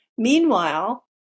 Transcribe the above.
Meanwhile